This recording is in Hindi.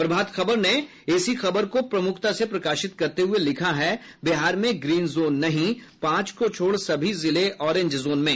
प्रभात खबर ने इसी खबर को प्रमुखता से प्रकाशित करते हुये लिखा है बिहार में ग्रीन जोन नहीं पांच को छोड़ सभी जिले ऑरेंज जोन में